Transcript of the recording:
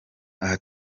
aha